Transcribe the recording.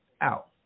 out